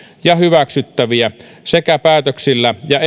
ja hyväksyttäviä sekä päätöksillä ja